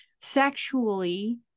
sexually